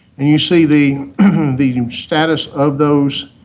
and you see the the status of those